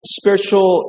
spiritual